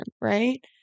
right